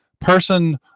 person